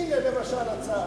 הנה למשל הצעה.